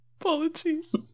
Apologies